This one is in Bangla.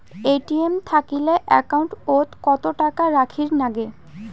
এ.টি.এম থাকিলে একাউন্ট ওত কত টাকা রাখীর নাগে?